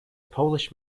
polish